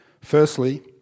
firstly